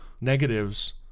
negatives